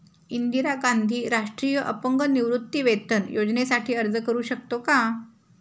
इंदिरा गांधी राष्ट्रीय अपंग निवृत्तीवेतन योजनेसाठी अर्ज करू शकतो का?